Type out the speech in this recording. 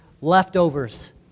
leftovers